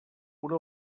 una